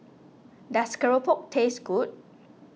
does Keropok taste good